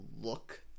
look